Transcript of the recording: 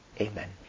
Amen